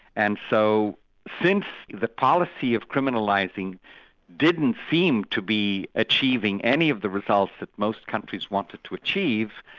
and so since the policy of criminalising didn't seem to be achieving any of the results that most countries wanted to achieve,